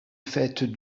fêtes